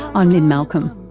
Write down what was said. i'm lynne malcolm,